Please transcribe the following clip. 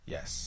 Yes